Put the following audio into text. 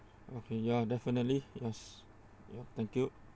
okay ya definitely yes ya thank you